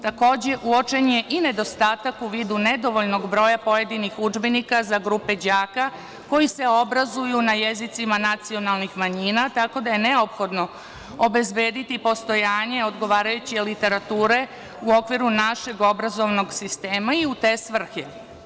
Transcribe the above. Takođe, uočen je i nedostatak u vidu nedovoljnog broja pojedinih udžbenika za grupe đaka koji se obrazuju na jezicima nacionalnih manjina, tako da je neophodno obezbediti postojanje odgovarajuće literature u okviru našeg obrazovnog sistema i u te svrhe.